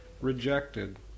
rejected